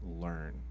learn